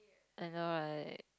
I know right